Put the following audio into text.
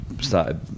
started